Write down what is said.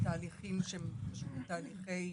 בתהליכי בדיקה,